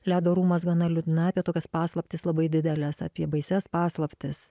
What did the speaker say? ledo rūmas gana liūdna apie tokias paslaptis labai dideles apie baisias paslaptis